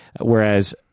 whereas